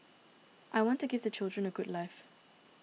I want to give the children a good life